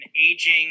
aging